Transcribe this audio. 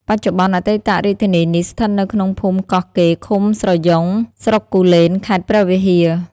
បច្ចុប្បន្នអតីតរាជធានីនេះ ស្ថិតនៅក្នុងភូមិកោះកេរ ឃុំស្រយង់ ស្រុកគូលែន ខេត្តព្រះវិហារ ។